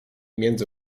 między